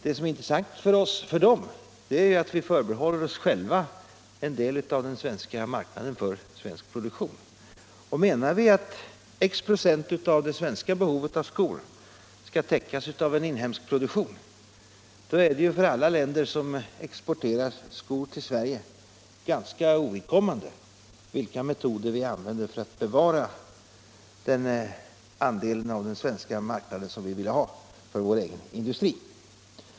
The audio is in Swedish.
Det som är intressant för den är att vi förbehåller oss själva en del av den svenska marknaden för svensk produktion. Menar vi att x procent av det svenska behovet av skor skall täckas av en inhemsk produktion, är det för alla länder som exporterar skor till Sverige från rent sakliga ekonomiska utgångspunkter ganska ovidkommande vilka metoder vi använder för att bevara den andel av den svenska marknaden som vi vill ha för vår egen industri.